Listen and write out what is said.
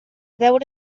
veure